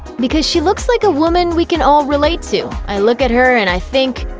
because she looks like a woman we can all relate to. i look at her and i think,